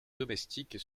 domestiques